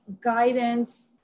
guidance